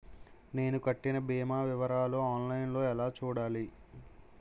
నేను కట్టిన భీమా వివరాలు ఆన్ లైన్ లో ఎలా చూడాలి?